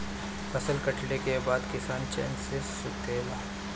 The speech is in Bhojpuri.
फसल कटले के बाद किसान चैन से सुतेला